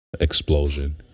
Explosion